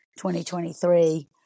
2023